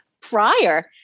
prior